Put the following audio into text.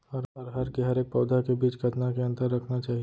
अरहर के हरेक पौधा के बीच कतना के अंतर रखना चाही?